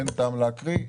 אין טעם להקריא.